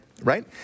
right